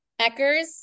Eckers